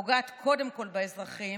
פוגעת קודם כול באזרחים,